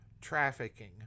trafficking